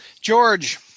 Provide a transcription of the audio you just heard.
george